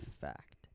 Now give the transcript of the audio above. Fact